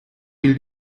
will